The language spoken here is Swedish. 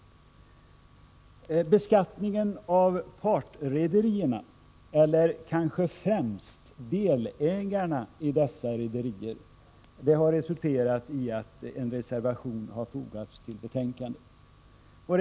Frågan om beskattningen av partrederierna eller kanske främst delägarna i dessa rederier har resulterat i att en reservation har fogats till betänkandet.